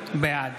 בעד